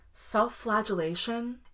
Self-flagellation